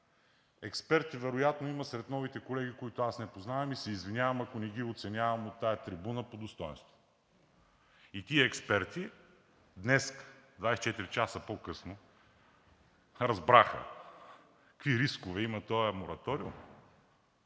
Експерти вероятно има сред новите колеги, които аз не познавам и се извинявам, ако не ги оценявам от тази трибуна по достойнство. Тези експерти днес – 24 часа по-късно, разбраха какви рискове има този мораториум.